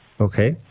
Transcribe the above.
okay